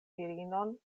virinon